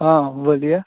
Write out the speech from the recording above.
हाँ बोलिए